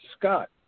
Scott